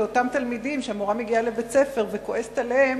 חשתי כאותם תלמידים שהמורה מגיעה לבית-הספר וכועסת עליהם,